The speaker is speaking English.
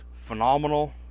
phenomenal